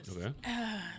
Okay